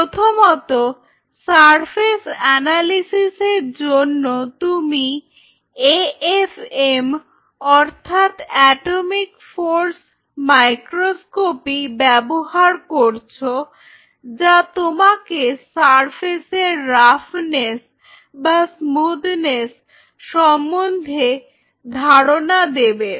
প্রথমত সারফেস অ্যানালিসিসের জন্য তুমি এএফএম অর্থাৎ এটমিক ফোর্স মাইক্রোস্কপি ব্যবহার করছ যা তোমাকে সারফেসের রাফনেস বা স্মুথনেস সম্পর্কে ধারণা দেবে